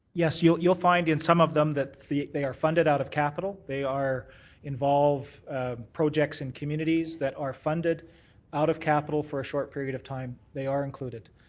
yes. you will you will find in some of them that they are funded out of capital. they are involve projects in communities that are funded out of capital for a short period of time. they are included.